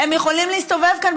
הם יכולים להסתובב כאן,